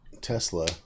Tesla